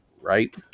right